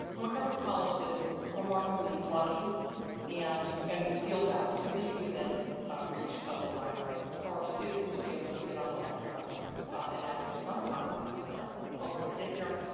montgomery college is remarkably lucky and and we feel that to be within reach of the library for our students to be able to get on the metro and after some time on the metro hopefully get here,